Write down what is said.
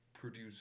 produce